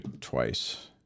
twice